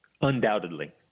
Undoubtedly